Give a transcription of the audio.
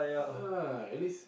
uh at least